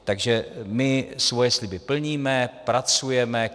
Takže my svoje sliby plníme, pracujeme.